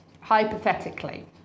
hypothetically